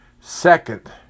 Second